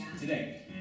today